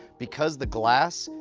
because the glass,